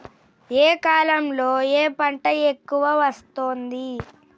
ఏ కాలంలో ఏ పంట ఎక్కువ వస్తోంది?